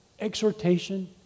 exhortation